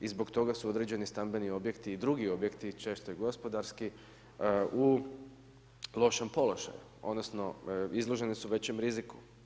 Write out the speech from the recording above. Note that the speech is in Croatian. I zbog toga su određeni stambeni objekti i drugi objekti, često i gospodarski u lošem položaju, odnosno izloženi su većem riziku.